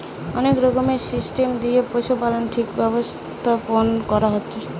অনেক রকমের সিস্টেম দিয়ে পশুপালনের ঠিক ব্যবস্থাপোনা কোরা হচ্ছে